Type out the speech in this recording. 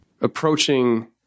approaching